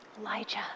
Elijah